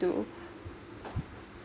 to